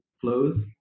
flows